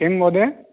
किं महोदय